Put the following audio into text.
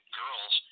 girls